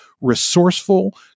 resourceful